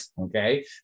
Okay